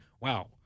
wow